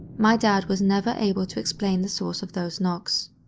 my dad was never able to explain the source of those knocks.